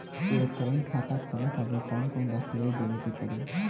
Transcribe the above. एगो करेंट खाता खोले खातिर कौन कौन दस्तावेज़ देवे के पड़ी?